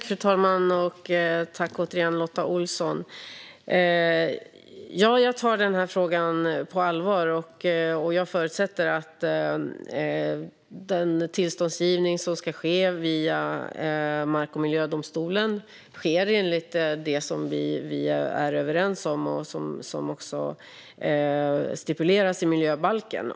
Fru talman! Tack återigen, Lotta Olsson! Jag tar frågan på allvar, och jag förutsätter att den tillståndsgivning som ska ske via mark och miljödomstolen sker enligt det som vi är överens om och som också stipuleras i miljöbalken.